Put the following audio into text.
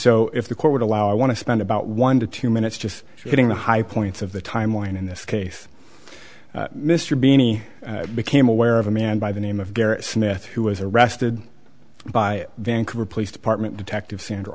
so if the court would allow i want to spend about one to two minutes just hitting the high points of the timeline in this case mr beeny became aware of a man by the name of gary smith who was arrested by vancouver police department detective sand